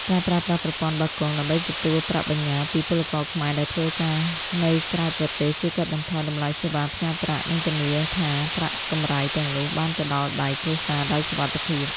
ការប្រើប្រាស់ប្រព័ន្ធបាគងដើម្បីទទួលប្រាក់បញ្ញើពីពលករខ្មែរដែលធ្វើការនៅក្រៅប្រទេស ជួយកាត់បន្ថយតម្លៃសេវាផ្ញើប្រាក់ និងធានាថាប្រាក់កម្រៃទាំងនោះបានទៅដល់ដៃគ្រួសារដោយសុវត្ថិភាព។